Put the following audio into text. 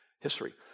history